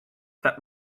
that